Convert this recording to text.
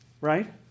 right